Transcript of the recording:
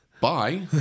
Bye